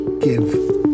give